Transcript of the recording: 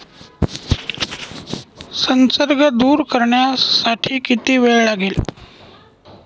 संसर्ग दूर करण्यासाठी किती वेळ लागेल?